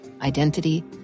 identity